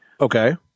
Okay